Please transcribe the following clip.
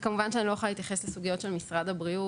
כמובן שאני לא יכולה להתייחס לסוגיות של משרד הבריאות